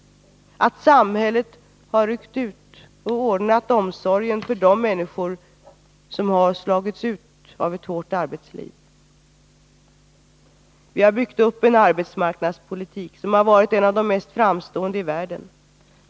Den har inneburit att samhället har ryckt in och ordnat omsorgen för de människor som slagits ut av ett hårt arbetsliv. Vi har byggt upp en arbetsmarknadspolitik som har varit en av de mest framstående i världen.